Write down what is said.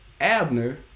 Abner